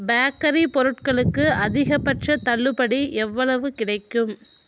bakery பொருட்களுக்கு அதிகபட்சத் தள்ளுபடி எவ்வளவு கிடைக்கும்